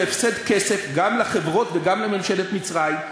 זה הפסד כסף גם לחברות וגם לממשלת מצרים.